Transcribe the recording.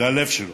זה הלב שלו.